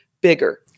bigger